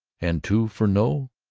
and two for no?